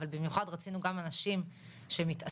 אבל במיוחד רצינו גם אנשים שמתעסקים